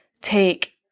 take